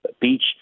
beach